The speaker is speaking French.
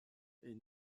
est